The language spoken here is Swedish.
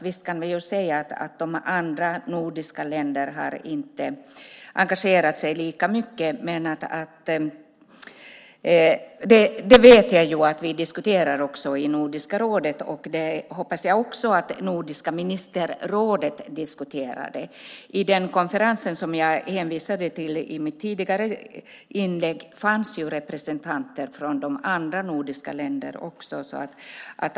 Visst kan vi säga att de andra nordiska länderna inte har engagerat sig lika mycket. Det vet jag att vi diskuterar i Nordiska rådet, och det hoppas jag att också Nordiska ministerrådet diskuterar. Vid den konferens som jag hänvisade till i mitt tidigare inlägg fanns representanter också från de andra nordiska länderna.